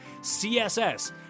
CSS